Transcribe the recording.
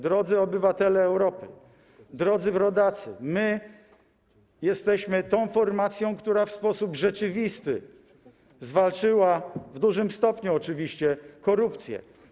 Drodzy obywatele Europy, drodzy rodacy, my jesteśmy tą formacją, która w sposób rzeczywisty zwalczyła w dużym stopniu oczywiście korupcję.